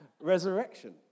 resurrection